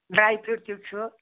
dry fruit تہِ چھُ